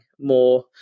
more